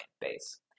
base